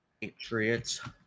Patriots